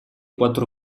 quattro